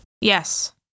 Yes